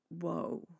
whoa